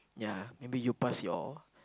ya maybe you pass your